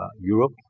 Europe